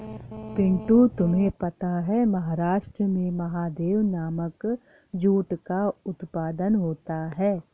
पिंटू तुम्हें पता है महाराष्ट्र में महादेव नामक जूट का उत्पादन होता है